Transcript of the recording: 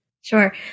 Sure